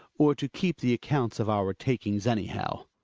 or to keep the accounts of our takings, anyhow.